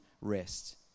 rest